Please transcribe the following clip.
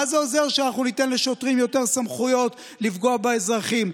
מה זה עוזר שאנחנו ניתן לשוטרים יותר סמכויות לפגוע באזרחים?